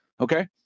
Okay